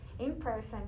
in-person